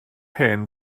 hen